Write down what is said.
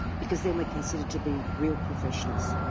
because then we're considered to be real professionals.